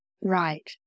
right